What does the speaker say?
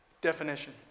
Definition